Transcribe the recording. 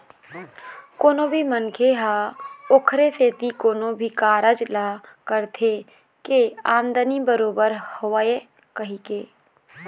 कोनो भी मनखे ह ओखरे सेती कोनो भी कारज ल करथे के आमदानी बरोबर होवय कहिके